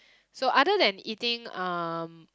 so other that eating um